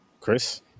Chris